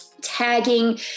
tagging